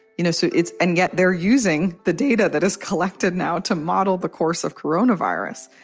you know, so it's. and yet they're using the data that is collected now to model the course of corona virus.